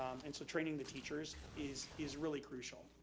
um and so training the teachers is is really crucial.